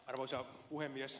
arvoisa puhemies